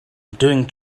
doing